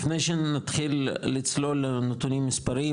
לפני שנתחיל לצלול לנתונים מספריים,